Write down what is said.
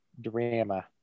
drama